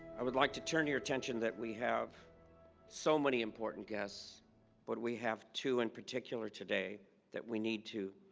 i would like to turn your attention that we have so many important guests but we have two in particular today that we need to